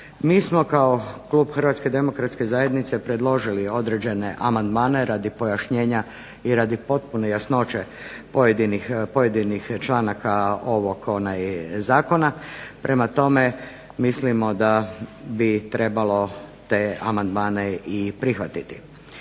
Mi smo kao klub HZD-a predložili određene amandmane radi pojašnjenja i radi potpune jasnoće pojedinih članaka ovog zakona. Prema tome, mislimo da bi trebalo te amandmane i prihvatiti.